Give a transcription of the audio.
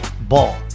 Ball